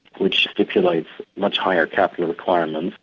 which stipulates much higher capital requirements,